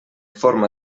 forma